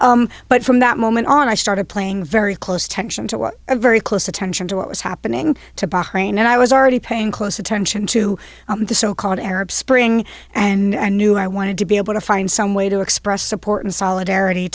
but from that moment on i started playing very close attention to what a very close attention to what was happening to bahrain and i was already paying close attention to the so called arab spring and knew i wanted to be able to find some way to express support and solidarity